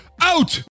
out